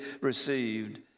received